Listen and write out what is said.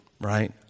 right